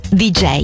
dj